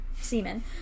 semen